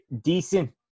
decent